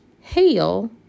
Hail